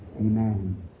amen